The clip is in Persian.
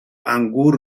انگور